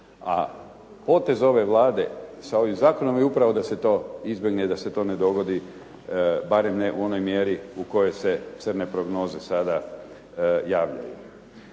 A potez ove Vlade sa ovim zakonom je upravo da se to izbjegne i da se to ne dogodi, barem ne u onoj mjeri u kojoj se crne prognoze sada javljaju.